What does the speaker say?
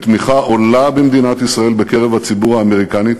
בתמיכה עולה במדינת ישראל בקרב הציבור האמריקני,